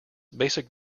basic